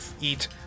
eat